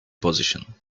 position